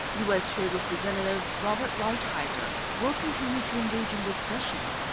u s. trade representative robert lighthizer will continue to engage in discussions.